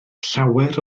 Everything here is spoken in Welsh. llawer